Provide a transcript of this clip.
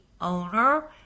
owner